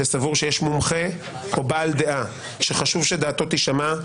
שסבור שיש מומחה או בעל דעה שחשוב שדעתו תישמע,